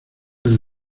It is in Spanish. del